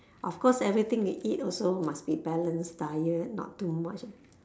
of course everything you eat also must be balanced diet not too much